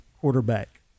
quarterback